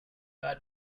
bad